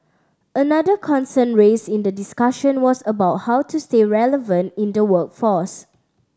another concern raised in the discussion was about how to stay relevant in the workforce